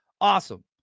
Awesome